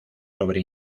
sobre